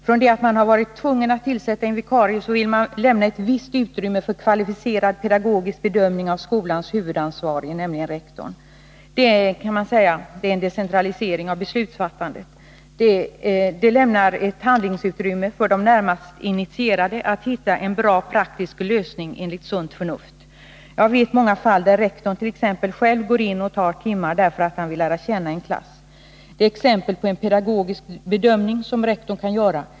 Från det att man tidigare har varit tvungen att tillsätta en vikarie, vill man nu lämna ett visst utrymme för kvalificerad pedagogisk bedömning av skolans huvudansvarige, nämligen rektorn. Det är, kan man säga, en decentralisering av beslutsfattandet. Det lämnar ett handlingsutrymme för de närmast initierade att hitta en bra praktisk lösning enligt sunt förnuft. Jag vet många fall där rektor t.ex. själv går in och tar timmar därför att han vill lära känna en klass. Det är ett exempel på en pedagogisk bedömning som rektor kan göra.